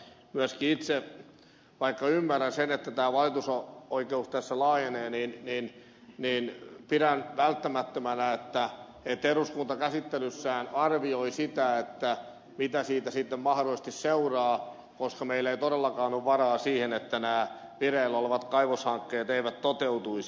myöskin itse vaikka ymmärrän sen että valitusoikeus tässä laajenee pidän välttämättömänä että eduskunta käsittelyssään arvioi sitä mitä siitä sitten mahdollisesti seuraa koska meillä ei todellakaan ole varaa siihen että nämä vireillä olevat kaivoshankkeet eivät toteutuisi